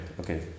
okay